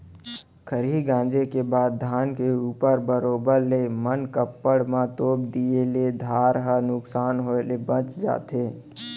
खरही गॉंजे के बाद धान के ऊपर बरोबर ले मनकप्पड़ म तोप दिए ले धार ह नुकसान होय ले बॉंच जाथे